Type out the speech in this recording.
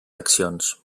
accions